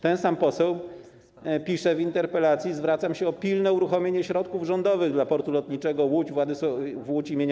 Ten sam poseł pisze w interpelacji: Zwracam się o pilne uruchomienie środków rządowych dla Portu Lotniczego Łódź im.